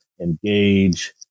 engage